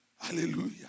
Hallelujah